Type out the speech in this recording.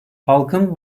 halkın